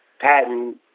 patent